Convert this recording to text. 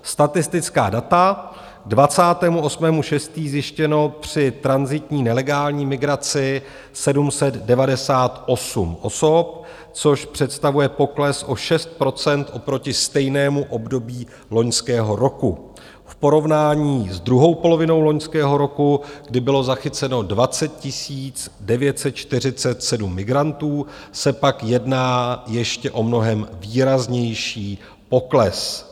Statistická data: k 28. 6. zjištěno při tranzitní nelegální migraci 798 osob, což představuje pokles o 6 % oproti stejnému období loňského roku, v porovnání s druhou polovinou loňského roku, kdy bylo zachyceno 20 947 migrantů, se pak jedná ještě o mnohem výraznější pokles.